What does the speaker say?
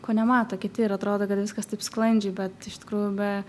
ko nemato kiti ir atrodo kad viskas taip sklandžiai bet iš tikrųjų be